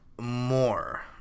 more